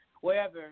wherever